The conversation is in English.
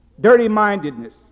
dirty-mindedness